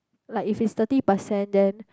like if it's thirty percent then